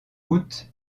août